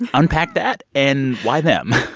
and unpack that. and why them?